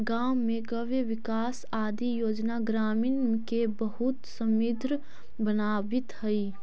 गाँव में गव्यविकास आदि योजना ग्रामीण के बहुत समृद्ध बनावित हइ